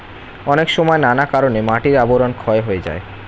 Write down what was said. অনেক সময় নানা কারণে মাটির আবরণ ক্ষয় হয়ে যায়